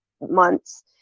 months